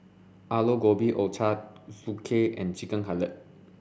Alu Gobi Ochazuke and Chicken Cutlet